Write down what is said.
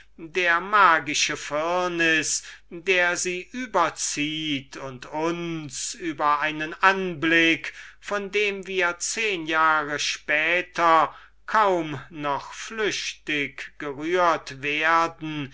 dieser magische firnis der sie überzieht und uns über einem anblick von dem wir zehn jahre später kaum noch flüchtig gerührt werden